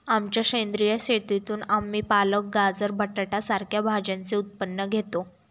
आमच्या सेंद्रिय शेतीतून आम्ही पालक, गाजर, बटाटा सारख्या भाज्यांचे उत्पन्न घेतो